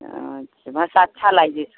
अच्छा भाषा अच्छा लागि जाइत छै